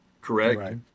Correct